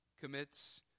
commits